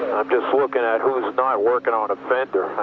i'm just looking at who's not working on a fender. i